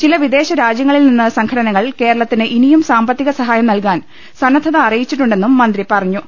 ചില വിദേശ രാജ്യങ്ങളിൽ നിന്ന് സംഘടനകൾ കേരളത്തിന് ഇനിയും സാമ്പത്തിക സഹായം നൽകാൻ സന്നദ്ധത അറിയിച്ചിട്ടുണ്ടെ ന്നും മന്ത്രി പറഞ്ഞു